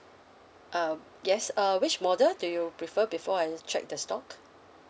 uh yes uh which model do you prefer before I check the stock